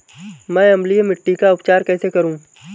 मैं अम्लीय मिट्टी का उपचार कैसे करूं?